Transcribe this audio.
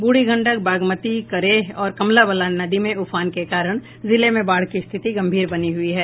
ब्रढ़ी गंडक बागमती करेह और कमला बलान नदी में उफान के कारण जिले में बाढ़ की स्थिति गम्भीर बनी हुई है